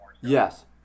Yes